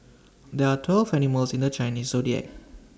there are twelve animals in the Chinese Zodiac